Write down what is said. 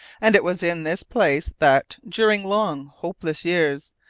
and it was in this place that, during long, hopeless years,